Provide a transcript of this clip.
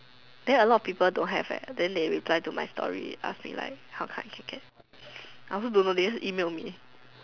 then a lot of people don't have eh then they reply to my story how come I can get I also don't know they just email me